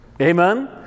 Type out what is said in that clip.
Amen